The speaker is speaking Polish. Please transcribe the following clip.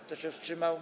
Kto się wstrzymał?